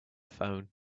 phone